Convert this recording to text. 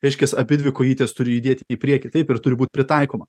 reiškiasi abidvi kojytės turi judėt į priekį taip ir turi būt pritaikoma